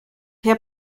herr